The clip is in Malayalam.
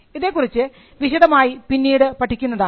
ഇതേക്കുറിച്ച് വിശദമായി പിന്നീട് പഠിക്കുന്നതാണ്